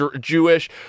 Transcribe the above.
Jewish